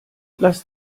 lass